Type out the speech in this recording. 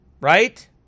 Right